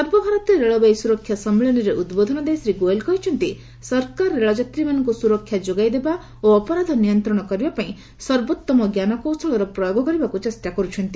ସର୍ବଭାରତୀୟ ରେଳବାଇ ସୁରକ୍ଷା ସମ୍ମିଳନୀରେ ଉଦ୍ବୋଧନ ଦେଇ ଶ୍ରୀ ଗୋଏଲ କହିଛନ୍ତି ସରକାର ରେଳଯାତ୍ରୀମାନଙ୍କୁ ସୁରକ୍ଷା ଯୋଗାଇ ଦେବା ଓ ଅପରାଧ ନିୟନ୍ତ୍ରଣ କରିବା ପାଇଁ ସର୍ବୋତ୍ତମ ଜ୍ଞାନକୌଶଳର ପ୍ରୟୋଗ କରିବାକୁ ଚେଷ୍ଟା କରୁଛନ୍ତି